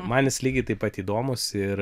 man jis lygiai taip pat įdomus ir